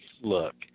look